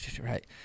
Right